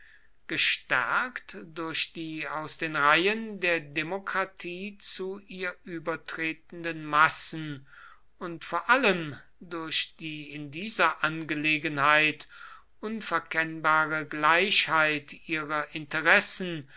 gestärkt durch die aus den reihen der demokratie zu ihr übertretenden massen und vor allem durch die in dieser angelegenheit unverkennbare gleichheit ihrer interessen